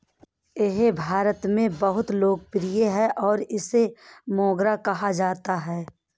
यह भारत में बहुत लोकप्रिय है और इसे मोगरा कहा जाता है